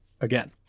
again